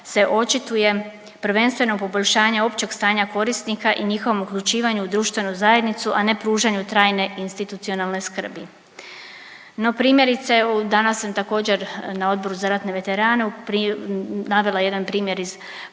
se očituje prvenstveno poboljšanja općeg stanja korisnika i njihovom uključivanju u društvenu zajednicu, a ne pružanju trajne institucionalne skrbi. No primjerice evo danas sam također na Odboru za ratne veterane, navela jedan primjer iz prakse.